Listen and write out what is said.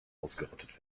ausgerottet